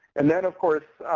and then, of course,